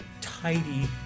tidy